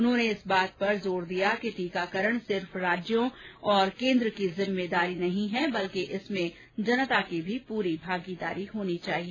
उन्होंने इस बात पर जोर दिया कि टीकाकरण सिर्फ राज्यों और केंद्र की जिम्मेदारी नहीं है बल्कि इसमें जनता की भी पूरी भागीदारी होनी चाहिए